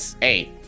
hey